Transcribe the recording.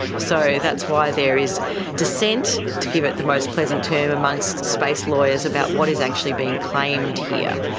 so that's why there is dissent, to give it the most pleasant term, amongst space lawyers about what is actually being claimed here.